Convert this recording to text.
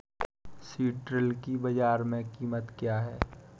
सिल्ड्राल की बाजार में कीमत क्या है?